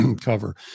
cover